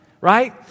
right